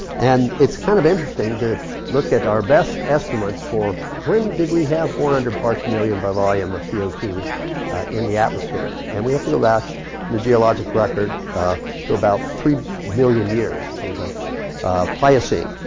and it's kind of interesting to look at our best estimates for when did we have four hundred parts per million by volume of c o two in the atmosphere. and we have to go back in the geologic record to about three million years, to the pliocene.